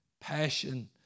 Passion